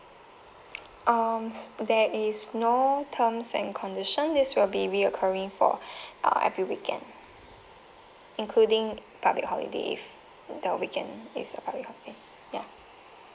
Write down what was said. um there is no terms and condition this will be reoccurring for uh every weekend including public holiday if the weekend is a public holiday ya